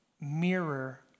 mirror